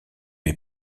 est